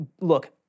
look